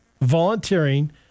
volunteering